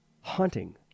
hunting